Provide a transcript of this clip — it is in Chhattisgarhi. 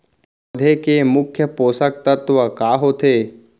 पौधे के मुख्य पोसक तत्व का होथे?